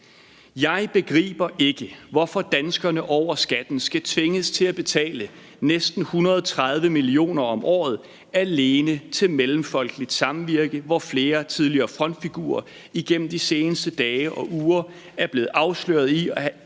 Jeg begriber ikke, hvorfor danskerne over skatten skal tvinges til at betale næsten 130 mio. kr. om året alene til Mellemfolkeligt Samvirke, hvor flere tidligere frontfigurer igennem de seneste dage og uger er blevet afsløret i at have